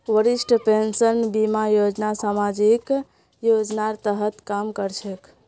वरिष्ठ पेंशन बीमा योजना सामाजिक योजनार तहत काम कर छेक